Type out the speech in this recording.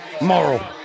moral